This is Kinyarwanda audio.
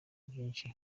myinshi